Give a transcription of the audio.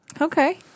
Okay